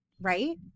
Right